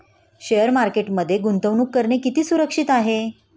Share मार्केटमध्ये गुंतवणूक करणे किती सुरक्षित आहे?